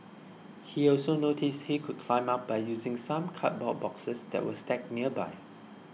he also noticed he could climb up by using some cardboard boxes that were stacked nearby